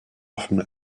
often